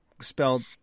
spelled